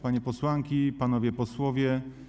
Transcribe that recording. Panie Posłanki i Panowie Posłowie!